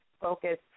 focus